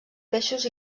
peixos